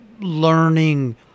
learning